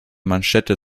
manschette